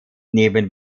neben